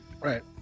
right